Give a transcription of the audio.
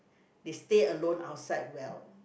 they stay alone outside well